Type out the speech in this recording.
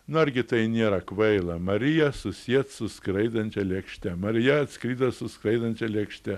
na argi tai nėra kvaila marija susiet su skraidančia lėkšte marija atskrido su skraidančia lėkšte